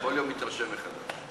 כל יום מתרשם מחדש.